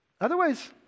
Otherwise